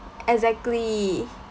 exactly